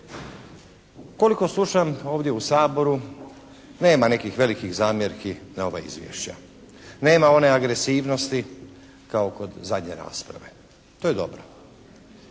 Koliko slušam ovdje u Saboru nema nekih velikih zamjerki na ova izvješća. Nema one agresivnosti kao kod zadnje rasprave. To je dobro.